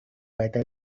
better